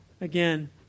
again